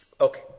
Okay